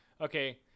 okay